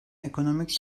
ekonomik